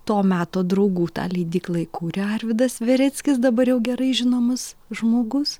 to meto draugų tą leidyklą įkūrė arvydas vereckis dabar jau gerai žinomas žmogus